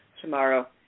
tomorrow